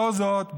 לאור זאת,